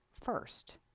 First